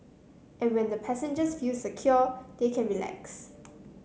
and when the passengers feel secure they can relax